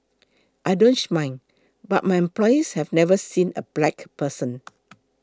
I don't mind but my employees have never seen a black person